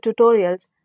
tutorials